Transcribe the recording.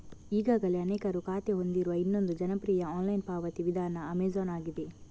ಈಗಾಗಲೇ ಅನೇಕರು ಖಾತೆ ಹೊಂದಿರುವ ಇನ್ನೊಂದು ಜನಪ್ರಿಯ ಆನ್ಲೈನ್ ಪಾವತಿ ವಿಧಾನ ಅಮೆಜಾನ್ ಆಗಿದೆ